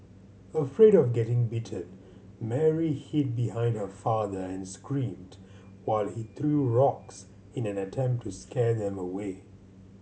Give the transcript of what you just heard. afraid of getting bitten Mary hid behind her father and screamed while he threw rocks in an attempt to scare them away